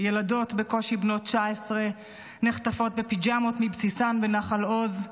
ילדות בקושי בנות 19 נחטפות בפיג'מות מבסיסן בנחל עוז.